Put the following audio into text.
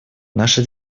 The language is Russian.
наша